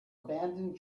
abandoned